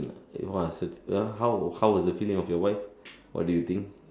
!wah! suit ah how how was the feeling of your wife what do you think